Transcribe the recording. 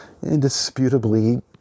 indisputably